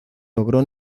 logró